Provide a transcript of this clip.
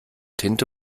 tinte